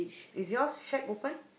is yours shack open